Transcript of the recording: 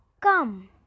come